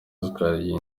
isukari